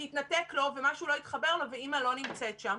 כי התנתק לו ומשהו לא התחבר לו ואימא לא נמצאת שם.